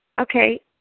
Okay